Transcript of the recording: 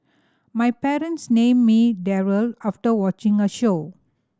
my parents named me Daryl after watching a show